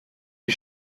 die